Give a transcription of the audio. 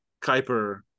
Kuiper